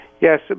Yes